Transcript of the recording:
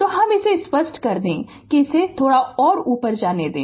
तो हम इसे स्पष्ट कर दे कि इसे थोड़ा ऊपर जाने दें